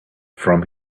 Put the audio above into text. from